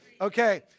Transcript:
Okay